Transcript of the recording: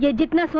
yeah didn't so